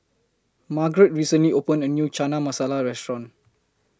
Margret recently opened A New Chana Masala Restaurant